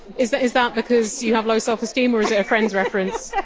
is that is that because you have low self-esteem, or is it a friends reference?